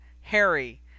Harry